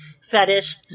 fetish